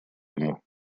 ему